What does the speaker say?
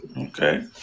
Okay